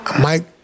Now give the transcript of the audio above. Mike